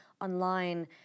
online